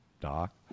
doc